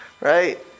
right